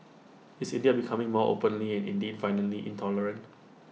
is India becoming more openly and indeed violently intolerant